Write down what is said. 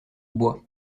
bois